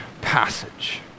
passage